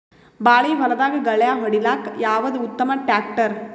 ಬಾಳಿ ಹೊಲದಾಗ ಗಳ್ಯಾ ಹೊಡಿಲಾಕ್ಕ ಯಾವದ ಉತ್ತಮ ಟ್ಯಾಕ್ಟರ್?